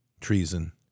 treason